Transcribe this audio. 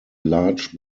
large